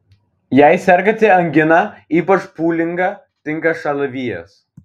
jei sergate angina ypač pūlinga tinka šalavijas